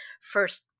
first